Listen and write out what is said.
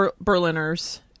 berliners